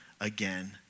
again